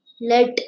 let